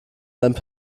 seinen